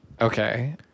Okay